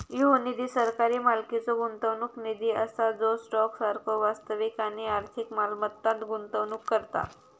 ह्यो निधी सरकारी मालकीचो गुंतवणूक निधी असा जो स्टॉक सारखो वास्तविक आणि आर्थिक मालमत्तांत गुंतवणूक करता